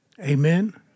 Amen